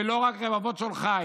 ולא רק רבבות שולחיי,